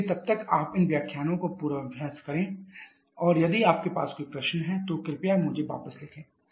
इसलिए तब तक आप इन व्याख्यानों का पूर्वाभ्यास करते हैं और यदि आपके पास कोई प्रश्न है तो कृपया मुझे वापस लिखें